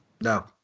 No